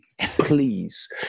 Please